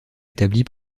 établie